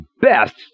best